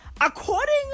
According